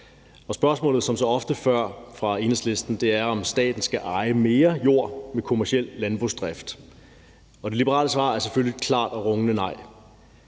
er som så ofte før, om staten skal eje mere jord med kommerciel landbrugsdrift. Og det liberale svar er selvfølgelig et klart og rungende nej.